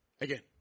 Again